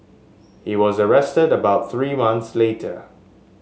he was arrested about three months later